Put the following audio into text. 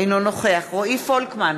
אינו נוכח רועי פולקמן,